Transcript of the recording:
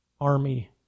army